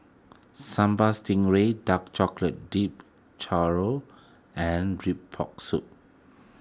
Sambal Stingray Dark Chocolate Dipped Churro and Rib Pork Soup